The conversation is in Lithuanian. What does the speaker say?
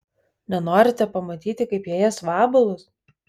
nenorite pamatyti kaip jie ės vabalus